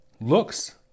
looks